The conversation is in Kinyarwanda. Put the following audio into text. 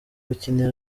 gukinira